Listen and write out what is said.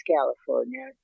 California